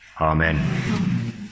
Amen